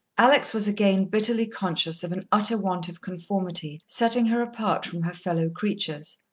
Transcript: alex was again bitterly conscious of an utter want of conformity setting her apart from her fellow-creatures.